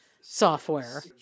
software